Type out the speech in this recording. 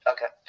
Okay